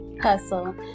hustle